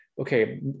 okay